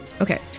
Okay